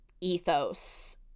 ethos